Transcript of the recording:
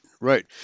right